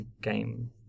game